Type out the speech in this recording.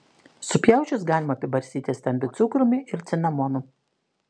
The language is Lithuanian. supjausčius galima apibarstyti stambiu cukrumi ir cinamonu